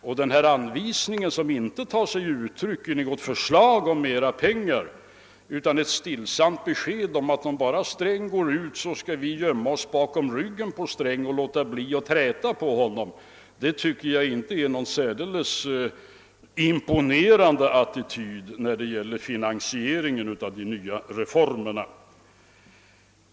Och en anvisning som inte tar sig uttryck i något förslag om mer pengar utan bara i ett stillsamt besked om att >om Sträng lägger fram förslaget skall vi gömma oss bakom ryggen på honom och låta bli att träta på honom> tycker jag inte är någon särdeles imponerande attityd när det gäller finansieringen av de nya reformerna.